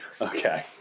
okay